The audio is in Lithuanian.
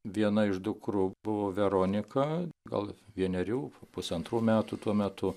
viena iš dukrų buvo veronika gal vienerių pusantrų metų tuo metu